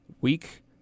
Week